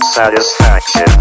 Satisfaction